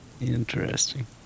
Interesting